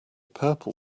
purple